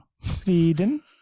feeding